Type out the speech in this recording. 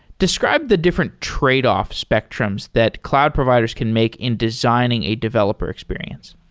describe the different trade-offs spectrums that cloud providers can make in designing a developer experience?